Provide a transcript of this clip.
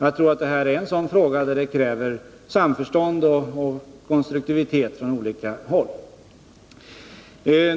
Jag tror att det här är en sådan fråga som kräver samförstånd och konstruktivitet från olika håll.